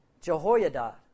Jehoiada